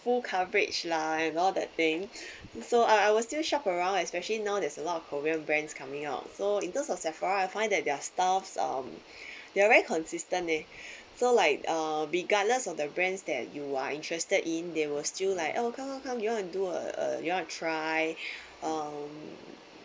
full coverage lah and all that thing so I I will still shop around especially now there's a lot of korean brands coming out so in terms of Sephora I find that their styles um they are very consistent eh so like uh regardless of their brands that you are interested in they will still like oh come come come you want to do a a you want to try um